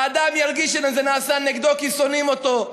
האדם ירגיש שזה נעשה נגדו כי שונאים אותו,